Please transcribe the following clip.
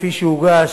כפי שהוגש,